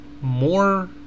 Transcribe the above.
more